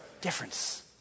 Difference